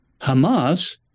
hamas